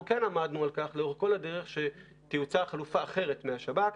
אנחנו כן עמדנו על כך לאורך כל הדרך שתיוצר חלופה אחרת מהשב"כ,